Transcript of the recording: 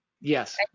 Yes